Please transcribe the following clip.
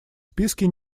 списке